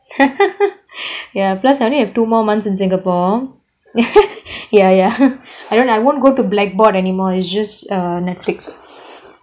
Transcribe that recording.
ya plus I only have two more months in singapore ya ya I don't I won't go to blackboard anymore is just a Netflix